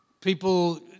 people